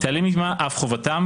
תיעלם עמה אף חובתם